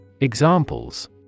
Examples